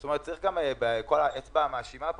זאת אומרת: בכל האצבע המאשימה פה,